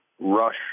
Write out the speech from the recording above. rush